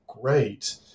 great